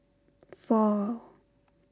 four